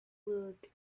look